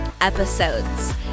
episodes